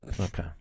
Okay